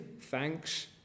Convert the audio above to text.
thanks